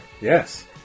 Yes